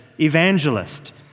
evangelist